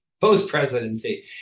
post-presidency